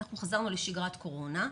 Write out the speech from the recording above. אנחנו חזרנו לשגרת קורונה,